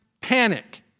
panic